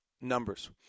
numbers